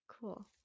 Cool